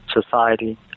society